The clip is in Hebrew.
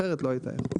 אחרת לא הייתה יכול.